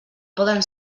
poden